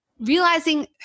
Realizing